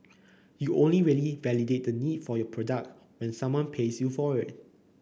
you only really validate the need for your product when someone pays you for it